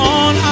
on